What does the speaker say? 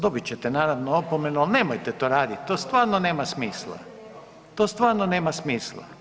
Dobit ćete naravno opomenu, al nemojte to radit, to stvarno nema smisla, to stvarno nema smisla.